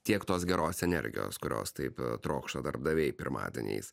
tiek tos geros energijos kurios taip trokšta darbdaviai pirmadieniais